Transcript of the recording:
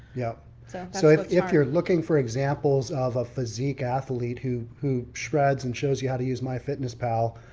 yep, so so if you're looking for examples of a physique athlete who who shreds and shows you how to use myfitnesspal,